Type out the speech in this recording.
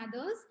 others